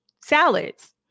salads